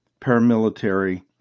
paramilitary